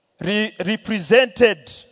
represented